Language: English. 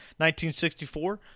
1964